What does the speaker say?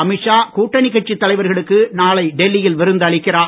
அமித் ஷா கூட்டணிக் கட்சித் தலைவர்களுக்கு நாளை டெல்லியில் விருந்து அளிக்கிறார்